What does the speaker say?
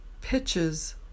Pitches